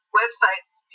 website's